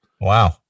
Wow